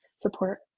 support